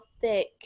thick